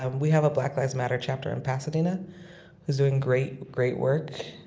um we have a black lives matter chapter in pasadena who's doing great, great work,